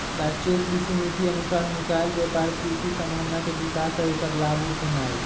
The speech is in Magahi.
राष्ट्रीय कृषि नीति अनुसार नुकायल व्यापक कृषि संभावना के विकास आ ऐकर लाभ उठेनाई